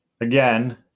again